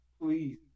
please